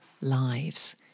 lives